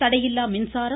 தடையில்லா மின்சாரம்